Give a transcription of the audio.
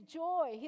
joy